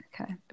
okay